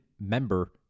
member